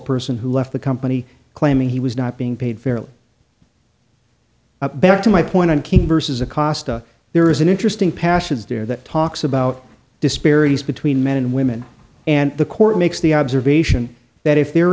person who left the company claiming he was not being paid fairly back to my point on king vs acosta there is an interesting passions there that talks about disparities between men and women and the court makes the observation that if there